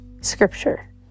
scripture